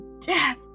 death